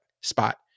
spot